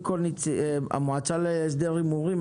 המועצה להסדר הימורים,